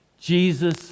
Jesus